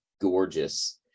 gorgeous